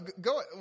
Go